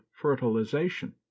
fertilization